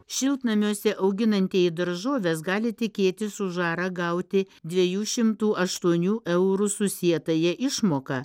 šiltnamiuose auginantieji daržoves gali tikėtis už arą gauti dviejų šimtų aštuonių eurų susietąją išmoką